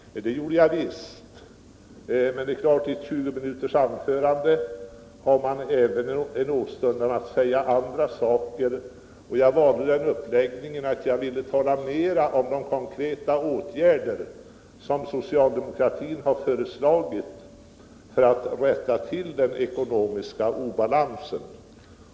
Det gjorde jag visst, men det är klart att iett 20 minuters anförande har man en åstundan att säga även andra saker, och jag valde den uppläggningen att jag talade mera om de konkreta åtgärder som socialdemokratin har vidtagit för att rätta till den regionala obalansen.